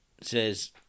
says